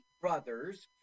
brothers